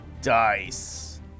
Dice